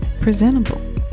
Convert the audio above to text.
presentable